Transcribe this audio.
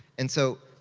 and so,